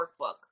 workbook